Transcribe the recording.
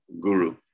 Guru